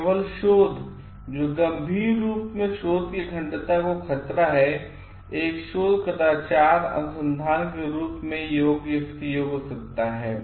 केवल शोध जो गंभीर रूप से शोध की अखंडता को खतरा है एक शोध कदाचार अनुसंधान के रूप में योग्य हो सकता है